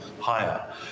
higher